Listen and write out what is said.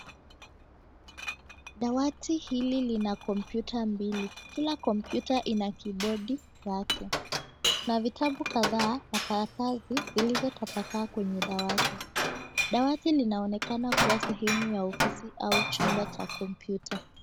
Dawati hili lina komyputa mbili kila kompyuta ina kibodi yake na vitabu kadhaa na karatasi vilvyo tapakaa dawati linaonekana kuwa sehemu ya ofisi au chumba cha kompyuta.